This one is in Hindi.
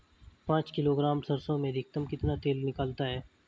पाँच किलोग्राम सरसों में अधिकतम कितना तेल निकलता है?